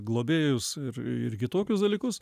globėjus ir ir kitokius dalykus